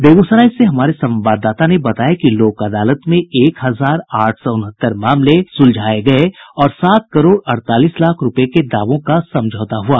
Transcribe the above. बेग्सराय से हमारे संवाददाता ने बताया कि लोक अदालत में एक हजार आठ सौ उनहत्तर मामले आपसी सहमति के आधार पर सुलझाये गये और सात करोड़ अड़तालीस लाख रूपये के दावों का समझौता हुआ